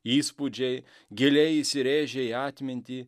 įspūdžiai giliai įsirėžia į atmintį